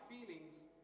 feelings